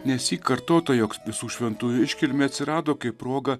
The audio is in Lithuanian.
nesyk kartota jog visų šventųjų iškilmė atsirado kaip proga